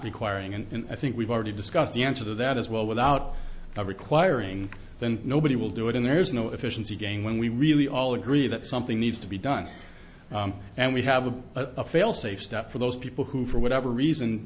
requiring and i think we've already discussed the answer to that as well without requiring then nobody will do it in there is no efficiency gain when we really all agree that something needs to be done and we have a failsafe step for those people who for whatever reason